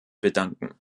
bedanken